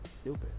stupid